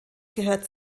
gehört